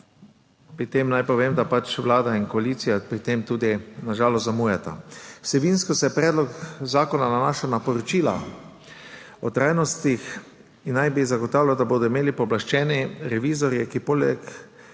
Pri tem naj povem, da Vlada in koalicija pri tem na žalost tudi zamujata. Vsebinsko se predlog zakona nanaša na poročila o trajnosti in naj bi zagotavljal, da bodo imeli pooblaščeni revizorji, ki poleg